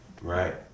Right